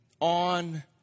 on